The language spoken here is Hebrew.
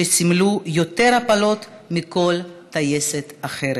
שסימלו יותר הפלות משל כל טייסת אחרת.